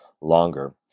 longer